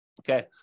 Okay